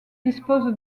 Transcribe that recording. dispose